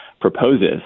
proposes